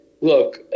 look